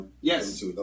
yes